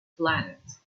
planet